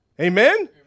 Amen